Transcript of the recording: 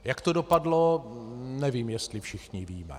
Jak to dopadlo, nevím, jestli všichni víme.